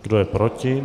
Kdo je proti?